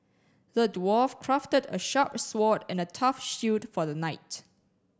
the dwarf crafted a sharp sword and a tough shield for the knight